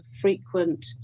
frequent